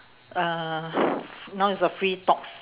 uh now is a free talk